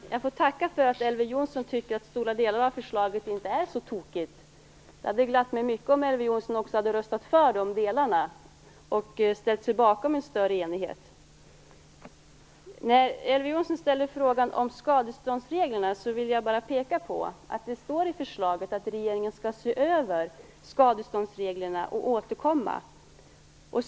Fru talman! Jag får tacka för att Elver Jonsson tycker att stora delar av förslaget inte är så tokigt. Det hade glatt mig mycket om Elver Jonsson också hade röstat för de delarna och ställt sig bakom en större enighet. När Elver Jonsson ställer frågan om skadeståndsreglerna vill jag bara peka på att det står i förslaget att regeringen skall se över skadeståndsreglerna och återkomma.